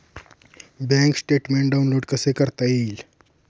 Bank statement download कसे करता येईल?